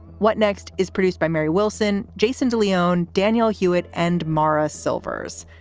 what next is produced by mary wilson. jason de leon. danielle hewitt and morra silvers.